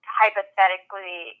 hypothetically